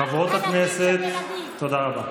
(חבר הכנסת אלעזר שטרן יוצא מאולם המליאה.)